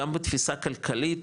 גם בתפיסה כלכלית,